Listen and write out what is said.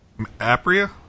Apria